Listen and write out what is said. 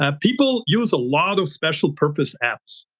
ah people use a lot of special purpose apps.